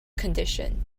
condition